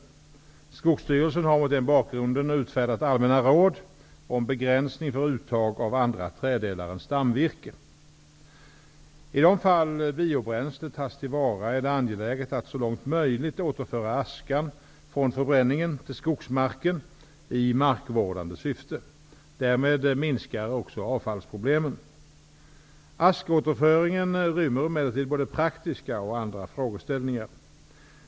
Skogsstyrelsen har mot den bakgrunden utfärdat allmänna råd om begränsning för uttag av andra träddelar än stamvirke. I de fall biobränsle tas till vara är det angeläget att så långt som möjligt återföra askan från förbränningen till skogsmarken i markvårdande syfte. Därmed minskar också avfallsproblemen. Askåterföringen rymmer emellertid både praktiska och andra frågeställningar.